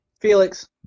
felix